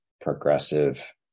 progressive